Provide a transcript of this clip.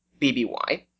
BBY